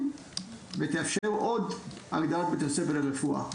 ותאפשר עוד הגדלה לבתי הספר לרפואה.